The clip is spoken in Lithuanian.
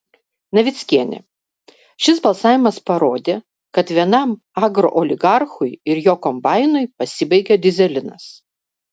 navickienė šis balsavimas parodė kad vienam agrooligarchui ir jo kombainui pasibaigė dyzelinas